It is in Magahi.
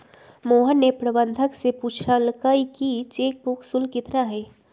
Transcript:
मोहन ने प्रबंधक से पूछल कई कि चेक बुक शुल्क कितना हई?